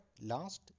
last